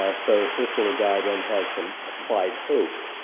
ah so this little guy then has some applied hope.